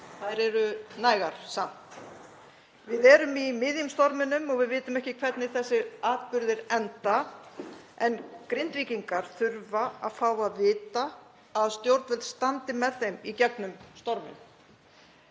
þær eru nægar samt. Við erum í miðjum storminum og við vitum ekki hvernig þessir atburðir enda en Grindvíkingar þurfa að fá að vita að stjórnvöld standi með þeim í gegnum storminn.